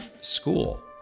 school